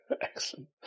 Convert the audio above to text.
Excellent